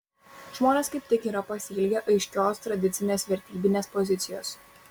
žmonės kaip tik yra pasiilgę aiškios tradicinės vertybinės pozicijos